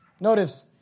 notice